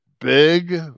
Big